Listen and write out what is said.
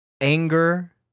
anger